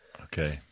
okay